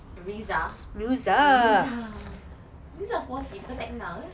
musa musa musa sporty bukan ke tecna